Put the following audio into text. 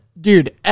dude